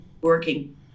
working